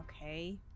okay